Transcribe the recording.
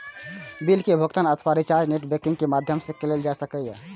bill के भुगातन अथवा रिचार्ज नेट बैंकिंग के माध्यम सं कैल जा सकै छै